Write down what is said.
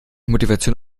motivation